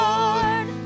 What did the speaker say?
Lord